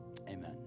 amen